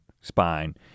spine